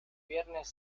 viernes